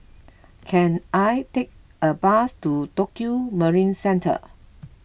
can I take a bus to Tokio Marine Centre